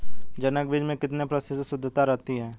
जनक बीज में कितने प्रतिशत शुद्धता रहती है?